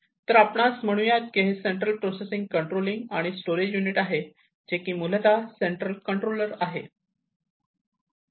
तर आपणास म्हणूयात की हे सेंट्रल प्रोसेसिंग कंट्रोलिंग आणि स्टोरेज युनिट आहे जे की मूलतः सेंट्रल कंट्रोलर आहे